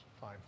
Fine